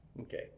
Okay